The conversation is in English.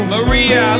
Maria